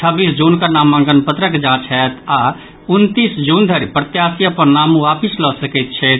छब्बीस जून कऽ नामांकन पत्रक जांच होयत आओर उनतीस जून धरि प्रत्याशी अपन नाम वापिस लऽ सकैत छथि